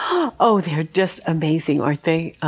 um oh, they're just amazing, aren't they?